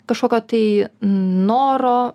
kažkokio tai noro